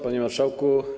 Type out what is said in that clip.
Panie Marszałku!